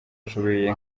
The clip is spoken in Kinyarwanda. bashoboye